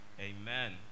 Amen